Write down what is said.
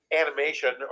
animation